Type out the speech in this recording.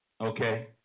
okay